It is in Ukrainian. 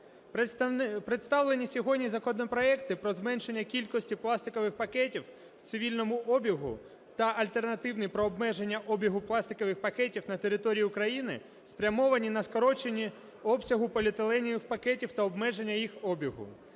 Представлені сьогодні законопроекти про зменшення кількості пластикових пакетів в цивільному обігу та альтернативні про обмеження обігу пластикових пакетів на території України спрямовані на скорочення обсягу поліетиленових пакетів та обмеження їх обігу.